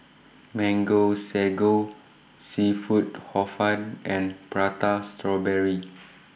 Mango Sago Seafood Hor Fun and Prata Strawberry